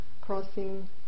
crossing